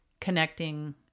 connecting